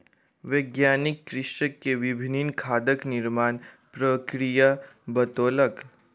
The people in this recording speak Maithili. वैज्ञानिक कृषक के विभिन्न खादक निर्माण प्रक्रिया बतौलक